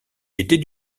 était